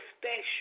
special